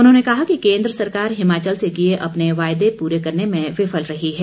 उन्होंने कहा कि केन्द्र सरकार हिमाचल से किए अपने वायदे पूरे करने में विफल रही है